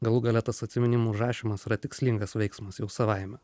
galų gale tas atsiminimų rašymas yra tikslingas veiksmas jau savaime